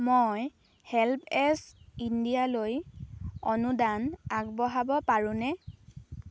মই হেল্পএজ ইণ্ডিয়ালৈ অনুদান আগবঢ়াব পাৰোঁনে